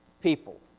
people